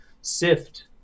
sift